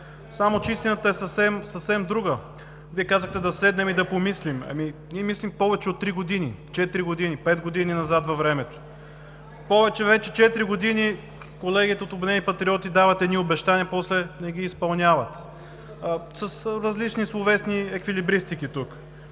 Само че истината е съвсем, съвсем друга. Вие казахте: да седнем и да помислим. Ние мислим повече от три години – четири, пет години назад във времето. Повече, вече четири години колегите от „Обединени патриоти“ дават едни обещания – после не ги изпълняват, с различни словесни еквилибристики тук.